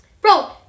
Bro